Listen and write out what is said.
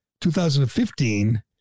2015